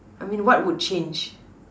I mean what would change